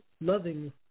loving